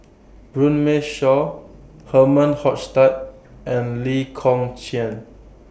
Runme Shaw Herman Hochstadt and Lee Kong Chian